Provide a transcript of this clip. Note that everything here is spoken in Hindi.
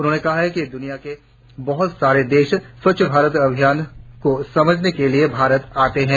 उन्होंने कहा कि दुनिया के बहुत सारे देश स्वच्छ भारत अभियान को समझने के लिए भारत आते हैं